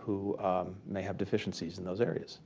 who may have deficiencies in those areas.